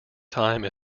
time